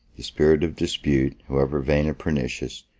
the spirit of dispute, however vain and pernicious,